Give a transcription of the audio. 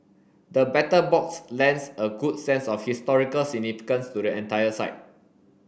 the Battle Box lends a good sense of historical significance to the entire site